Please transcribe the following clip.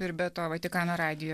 ir be to vatikano radijo